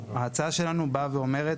ההצעה שלנו באה ואומרת,